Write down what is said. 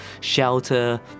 shelter